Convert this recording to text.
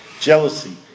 jealousy